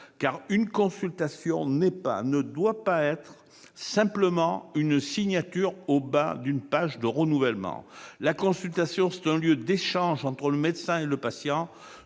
car une consultation ne doit pas se traduire simplement par une signature au bas d'une page de renouvellement. La consultation est un lieu d'échanges entre le médecin et le patient